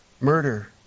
Murder